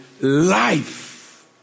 Life